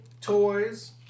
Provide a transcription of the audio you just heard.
toys